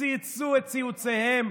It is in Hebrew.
צייצו את ציוציהם,